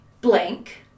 Blank